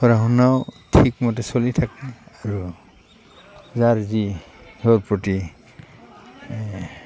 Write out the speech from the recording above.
পঢ়া শুনাও ঠিকমতে চলি থাকে আৰু যাৰ যি আগ্ৰহ প্ৰতি